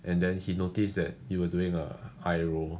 and then he noticed that you were doing an eye roll